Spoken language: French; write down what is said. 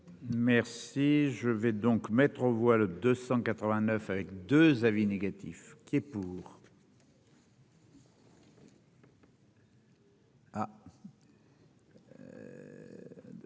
Merci. Je vais donc mettre aux voix le 289 avec 2 avis négatifs qui est pour.